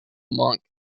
monk